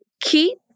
keep